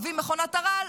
אבי מכונת הרעל,